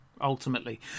Ultimately